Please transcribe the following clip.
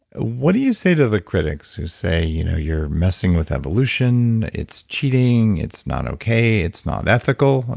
what do you say to the critics who say you know you're messing with evolution, it's cheating, it's not okay, it's not ethical?